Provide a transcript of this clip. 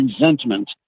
resentment